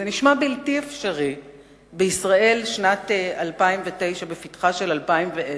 זה נשמע בלתי אפשרי בישראל בפתחה של שנת 2010,